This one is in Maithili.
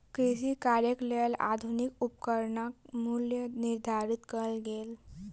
कृषि कार्यक लेल आधुनिक उपकरणक मूल्य निर्धारित कयल गेल